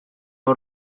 nhw